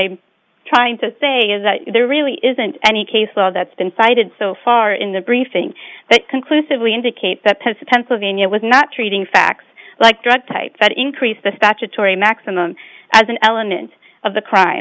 i'm trying to say is that there really isn't any case law that's been cited so far in the briefing that conclusively indicate that has to pennsylvania was not treating facts like drug type that increase the statutory maximum as an element of the crime